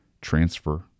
transfer